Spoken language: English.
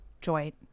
joint